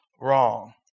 wrong